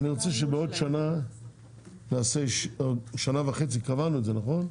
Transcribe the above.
אני רוצה שבעוד שנה וחצי, קבענו את זה נכון?